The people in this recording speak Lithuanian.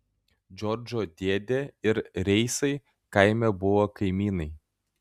džordžo dėdė ir reisai kaime buvo kaimynai